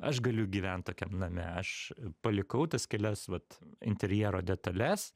aš galiu gyvent tokiam name aš palikau tas kelias vat interjero detales